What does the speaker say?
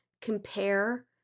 compare